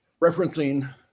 referencing